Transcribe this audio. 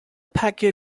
packet